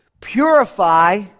purify